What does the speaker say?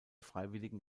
freiwilligen